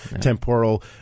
temporal